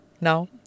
now